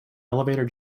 elevator